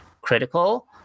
critical